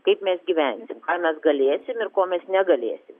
kaip mes gyvensim ką mes galėsim ir ko mes negalėsim